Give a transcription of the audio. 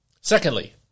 Secondly